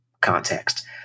context